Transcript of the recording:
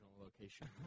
location